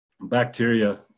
bacteria